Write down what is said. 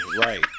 right